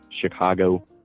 Chicago